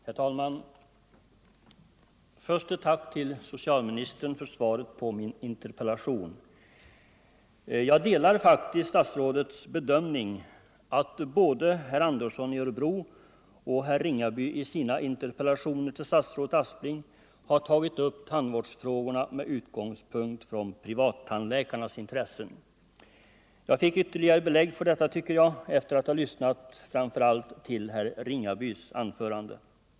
Herr talman! Först ett tack till socialministern för svaret på min interpellation. Jag delar faktiskt statsrådets bedömning att både herr Andersson i Örebro och herr Ringaby i sina interpellationer till statsrådet tagit upp tandvårdsfrågorna med utgångspunkt i privattandläkarnas intressen. Jag tycker att jag fick ytterligare belägg för detta när jag lyssnade till framför allt herr Ringabys anförande.